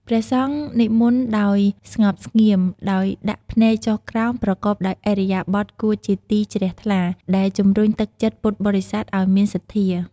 ព្រះសង្ឃនិមន្តដោយស្ងប់ស្ងៀម ដោយដាក់ភ្នែកចុះក្រោម ប្រកបដោយឥរិយាបថគួរជាទីជ្រះថ្លា ដែលជំរុញទឹកចិត្តពុទ្ធបរិស័ទឲ្យមានសទ្ធា។